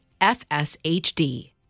FSHD